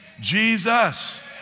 Jesus